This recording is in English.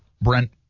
Brent